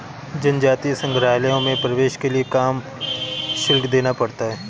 जनजातीय संग्रहालयों में प्रवेश के लिए काम शुल्क देना पड़ता है